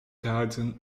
garden